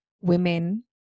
women